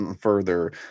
further